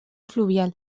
fluvial